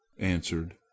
answered